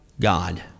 God